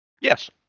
Yes